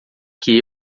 que